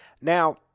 Now